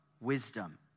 wisdom